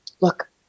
Look